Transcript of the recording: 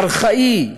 ארכאי,